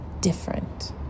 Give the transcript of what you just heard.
different